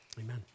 Amen